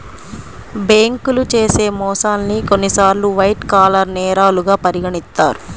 బ్యేంకులు చేసే మోసాల్ని కొన్నిసార్లు వైట్ కాలర్ నేరాలుగా పరిగణిత్తారు